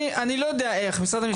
אני לא יודע איך, משרד המשפטים.